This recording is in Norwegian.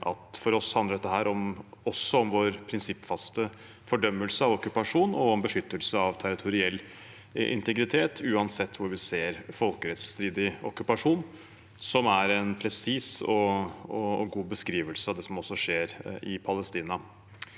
«For oss handler dette også om vår prinsippfaste fordømmelse av okkupasjon og om beskyttelse av territoriell integritet – uansett hvor vi ser folkerettsstridig okkupasjon.» Det er en presis og god beskrivelse av det som skjer i Palestina.